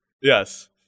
Yes